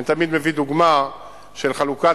אני תמיד מביא דוגמה של חלוקת